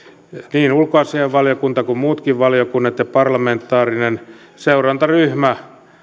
niin ulkoasiainvaliokunta kuin muutkin valiokunnat ja parlamentaarinen seurantaryhmä